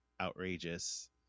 outrageous